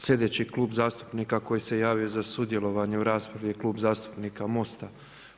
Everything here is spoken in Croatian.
Slijedeći Klub zastupnika koji se javio za sudjelovanje u raspravi je Klub zastupnika MOST-a.